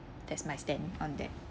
that's my stand on that